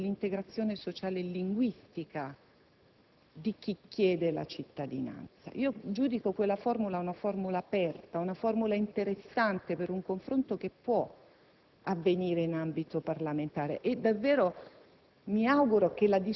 ma legata anche alla verifica, come dice il testo, dell'integrazione sociale e linguistica di chi chiede la cittadinanza. Giudico questa una formula aperta, una formula interessante per un confronto che può